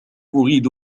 أريد